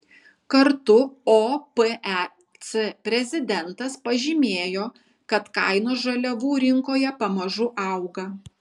kartu opec prezidentas pažymėjo kad kainos žaliavų rinkoje pamažu auga